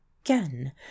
again